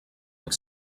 look